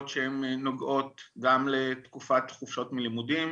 שהן נוגעות גם לתקופת חופשות מלימודים,